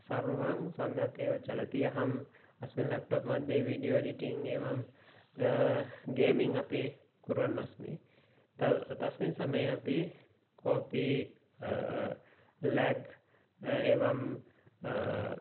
सर्वं सम्यक् एव चलति अहम् अस्मिन् लेप्टोप् मध्ये वीडियो एडिटीङ् एवं गेमीङ्ग् अपि कुर्वन् अस्मि तव् तस्मिन् समये अपि कोपि लाग् एवं